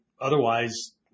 Otherwise